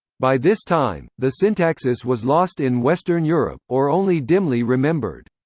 by this time, the syntaxis was lost in western europe, or only dimly remembered.